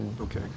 Okay